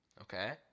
Okay